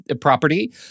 property